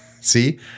see